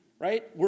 Right